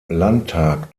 landtag